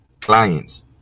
clients